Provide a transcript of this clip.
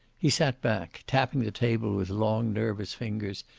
he sat back, tapping the table with long, nervous fingers,